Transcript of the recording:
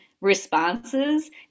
responses